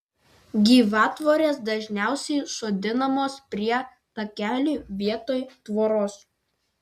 gyvatvorės dažniausiai sodinamos prie takelių vietoj tvoros